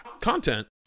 Content